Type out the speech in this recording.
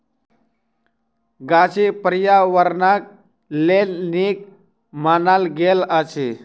गाछी पार्यावरणक लेल नीक मानल गेल अछि